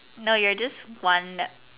no you are just one